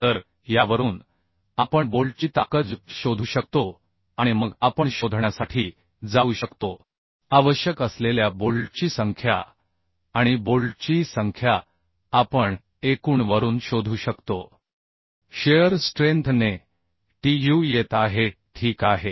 तर यावरून आपण बोल्टची ताकद शोधू शकतो आणि मग आपण शोधण्यासाठी जाऊ शकतो आवश्यक असलेल्या बोल्टची संख्या आणि बोल्टची ही संख्या आपण एकूण वरून शोधू शकतो शिअर स्ट्रेंथ ने Tu येत आहे ठीक आहे